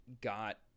got